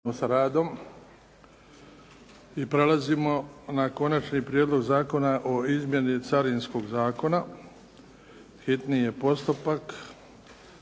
Hvala imamo